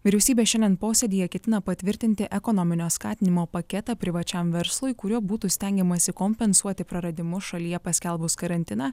vyriausybė šiandien posėdyje ketina patvirtinti ekonominio skatinimo paketą privačiam verslui kuriuo būtų stengiamasi kompensuoti praradimus šalyje paskelbus karantiną